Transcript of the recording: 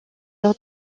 leur